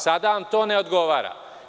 Sada vam to ne odgovara.